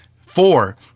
Four